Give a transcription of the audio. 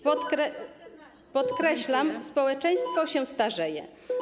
Podkreślam, społeczeństwo się starzeje.